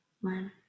one